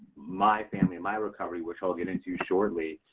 my family, my recovery, which i'll get into shortly.